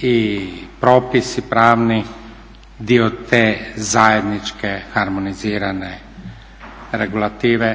i propisi pravni dio te zajedničke, harmonizirane regulative.